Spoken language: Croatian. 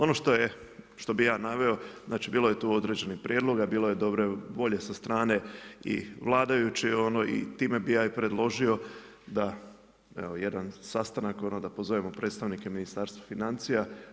Ono što bih ja naveo, znači bilo je tu određenih prijedloga, bilo je dobre volje sa strane i vladajućih i time bih ja i predložio da evo jedan sastanak da pozovemo predstavnike Ministarstva financija.